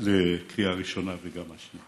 לקריאה השנייה ושלישית.